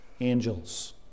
angels